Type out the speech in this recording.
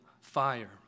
fire